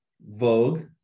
vogue